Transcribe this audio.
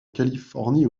californie